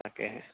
তাকেহে